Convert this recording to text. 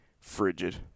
frigid